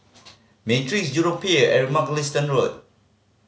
Matrix Jurong Pier and Mugliston Road